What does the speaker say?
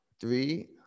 three